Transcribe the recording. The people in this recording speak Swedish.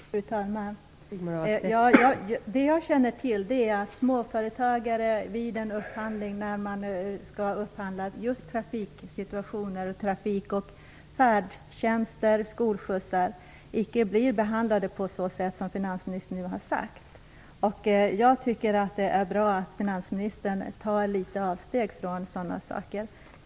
Fru talman! Det jag känner till är att småföretagare vid upphandling när man skall upphandla trafik, färdtjänst och skolskjutsar icke blir behandlade på sådant sätt som finansministern nu har sagt. Jag tycker att det är bra att finansministern tar litet avstånd från sådana saker.